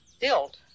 built